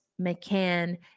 McCann